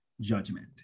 judgment